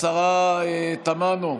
השרה תמנו,